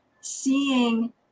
seeing